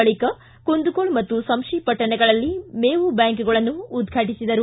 ಬಳಿಕ ಕುಂದಗೋಳ ಹಾಗೂ ಸಂಶಿ ಪಟ್ಟಣಗಳಲ್ಲಿ ಮೇವು ಬ್ಯಾಂಕ್ಗಳನ್ನು ಉದ್ಘಾಟಿಸಿದರು